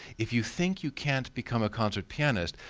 if you think you can't become a concert pianist,